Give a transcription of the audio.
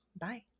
Bye